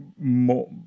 more